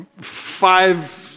five